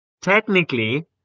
technically